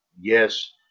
yes